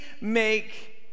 make